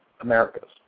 Americas